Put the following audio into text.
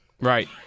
Right